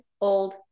old